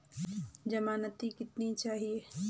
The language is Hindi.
ज़मानती कितने चाहिये?